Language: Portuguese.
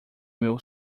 meu